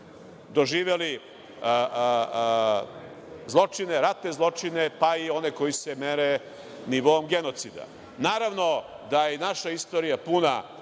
doživeli zločine, razne zločine, pa i one koji se mere nivoom genocida. Naravno da je i naša istorija puna